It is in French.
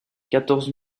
quatorze